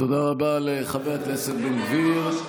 תודה רבה לחבר הכנסת איתמר בן גביר.